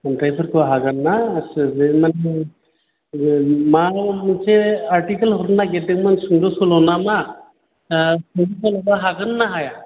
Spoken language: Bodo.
खन्थाइफोरखौ हागोनना सोदेरनानै होनो मा मोनसे आरथिखोल हरनो नागिरदोंमोन सुंद' सल'ना मा दा बेखौ खालामनो हागोनना हाया